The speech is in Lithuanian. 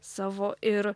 savo ir